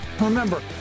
Remember